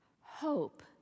Hope